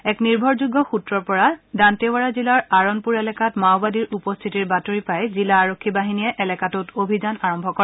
এক নিৰ্ভৰযোগ্য সূত্ৰৰ পৰা ডাণ্টেৰাড়া জিলাৰ আৰণপুৰ এলেকাত মাওবাদীৰ উপস্থিতিৰ বাতৰি পাই জিলা আৰক্ষী বাহিনীয়ে এলেকাটোত অভিযান আৰম্ভ কৰে